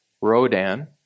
Rodan